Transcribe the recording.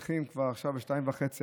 ועכשיו כבר שתיים וחצי,